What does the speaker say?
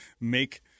make –